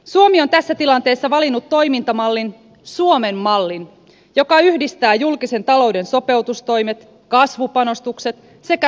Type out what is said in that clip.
suomi on tässä tilanteessa valinnut toimintamallin suomen mallin joka yhdistää julkisen talouden sopeutustoimet kasvupanostukset sekä rakenteelliset uudistukset